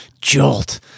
jolt